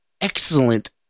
excellent